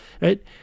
right